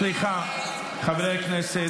--- חברים,